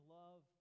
love